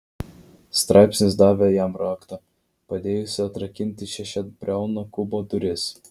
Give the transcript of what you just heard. straipsnis davė jam raktą padėjusį atrakinti šešiabriaunio kubo duris